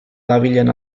dabilen